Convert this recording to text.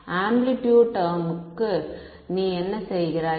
amplitude term க்கு நீ என்ன செய்கிறாய்